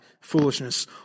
foolishness